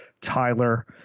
Tyler